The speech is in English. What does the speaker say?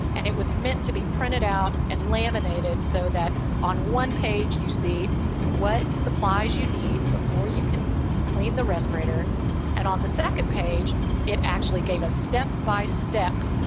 and it was meant to be printed out and laminated so that on one page you see what supplies you need before you can clean the respirator and on the second page it actually gave a step by step